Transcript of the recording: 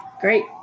Great